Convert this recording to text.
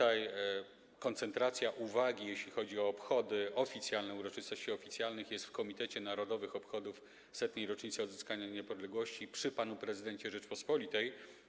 A koncentracja uwagi, jeśli chodzi o obchody oficjalne, uroczystości oficjalne, jest w Komitecie Narodowych Obchodów Setnej Rocznicy Odzyskania Niepodległości przy panu prezydencie Rzeczypospolitej.